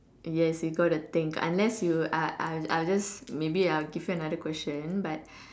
yes you got to think unless you I I I'll just maybe I'll give you another question but